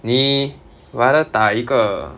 你 rather 打一个